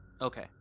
Okay